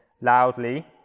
loudly